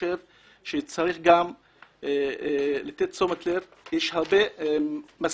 חושב שצריך לתת תשומת לב כי יש הרבה משכילים